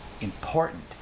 important